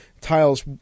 tiles